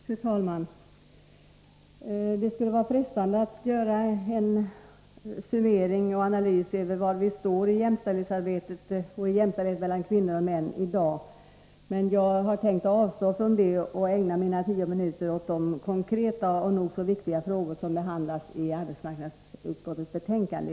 Fru talman! Det skulle vara frestande att göra en summering och analys av var vi i dag står i fråga om jämställdhet mellan kvinnor och män. Men jag skall avstå från det och ägna mina tio minuter åt de konkreta och nog så viktiga frågor som behandlas i arbetsmarknadsutskottets betänkande.